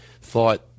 thought